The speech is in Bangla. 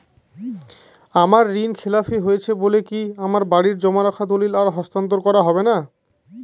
আমার ঋণ খেলাপি হয়েছে বলে কি আমার বাড়ির জমা রাখা দলিল আর হস্তান্তর করা হবে না?